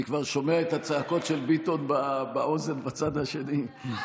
אני כבר שומע את הצעקות של ביטון באוזן בצד השני.